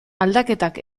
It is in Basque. aldaketak